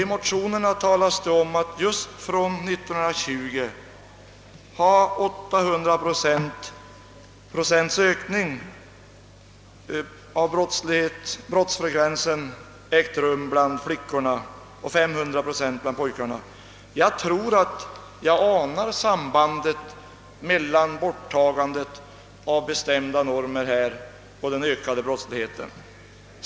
I motionerna talas det om att från 1920-talet har brottsfrekvensen bland flickorna ökat med 800 procent och bland pojkarna med 500 procent, Jag tror mig ana sambandet mellan borttagandet av bestämda normer och den ökade brottsligheten.